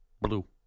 blue